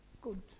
Good